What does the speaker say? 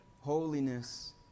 Holiness